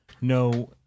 no